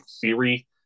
theory